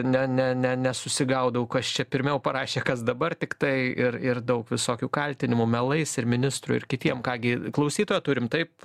ne ne ne nesusigaudau kas čia pirmiau parašė kas dabar tiktai ir ir daug visokių kaltinimų melais ir ministrui ir kitiem ką gi klausytoją turim taip